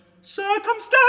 circumstance